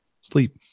sleep